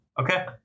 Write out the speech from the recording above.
Okay